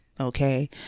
Okay